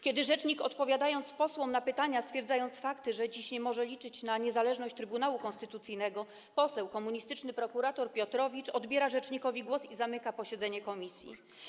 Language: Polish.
Kiedy rzecznik odpowiadając posłom na pytania, stwierdza fakty, że dziś nie może liczyć na niezależność Trybunału Konstytucyjnego, poseł, komunistyczny prokurator Piotrowicz odbiera rzecznikowi głos i zamyka posiedzenie komisji.